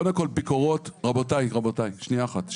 קודם כל, ביקורות, רבותיי, רבותיי, שנייה אחת.